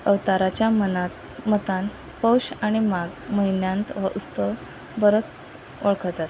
अवताराच्या मनांत मतान पौश आनी माग म्हयन्यांत हो उस्तव बरोच वळखतात